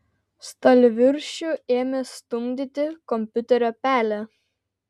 stalviršiu ėmė stumdyti kompiuterio pelę